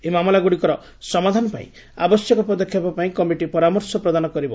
ଏହି ମାମଲାଗୁଡ଼ିକର ସମାଧାନପାଇଁ ଆବଶ୍ୟକ ପଦକ୍ଷେପ ପାଇଁ କମିଟି ପରାମର୍ଶ ପ୍ରଦାନ କରିବ